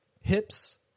hips